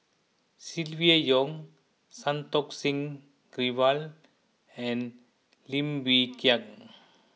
Silvia Yong Santokh Singh Grewal and Lim Wee Kiak